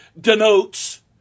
denotes